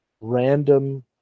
random